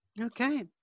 Okay